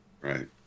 Right